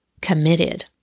committed